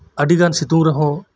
ᱟᱰᱤᱜᱟᱱ ᱥᱤᱛᱩᱝ ᱨᱮᱦᱚᱸ